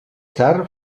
tard